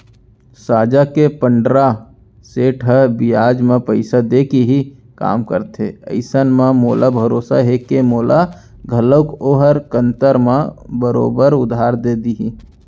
साजा के पंडरा सेठ ह बियाज म पइसा देके ही काम करथे अइसन म मोला भरोसा हे के तोला घलौक ओहर कन्तर म बरोबर उधार दे देही